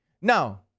Now